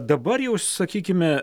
dabar jau sakykime